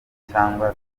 cyangwa